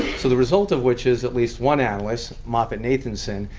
so the result of which is at least one analyst, moffettnathanson,